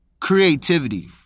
Creativity